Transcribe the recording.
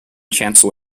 chancel